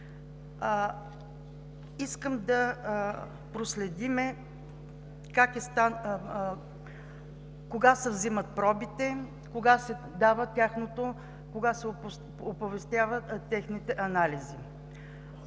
Искам да проследим кога се вземат пробите и кога се оповестяват техните анализи.